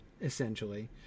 essentially